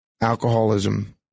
alcoholism